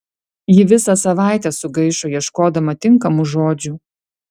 ji visą savaitę sugaišo ieškodama tinkamų žodžių